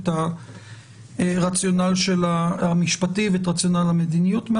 את הרציונל המשפטי ואת רציונל המדיניות.